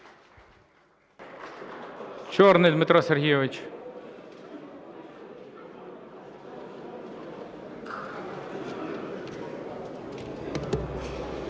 Чорний Дмитро Сергійович.